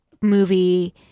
movie